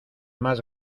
mas